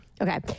Okay